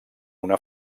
una